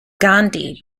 gandhi